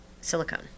silicone